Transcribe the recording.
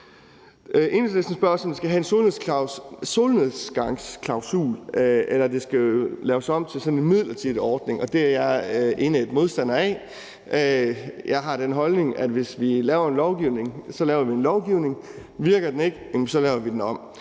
Enhedslisten spørger også, om vi skal have en solnedgangsklausul, eller om det skal laves om til sådan en midlertidig ordning. Det er jeg indædt modstander af. Jeg har den holdning, at hvis vi laver lovgivning, laver vi lovgivning. Virker den ikke, jamen så laver vi den om.